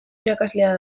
irakaslea